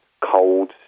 cold